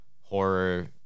horror